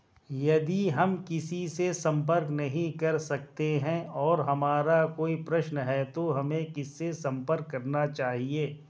यदि हम किसी से संपर्क नहीं कर सकते हैं और हमारा कोई प्रश्न है तो हमें किससे संपर्क करना चाहिए?